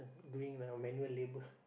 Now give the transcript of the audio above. doing uh manual labour